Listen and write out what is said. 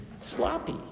sloppy